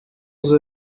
onze